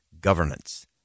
governance